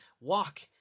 walk